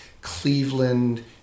Cleveland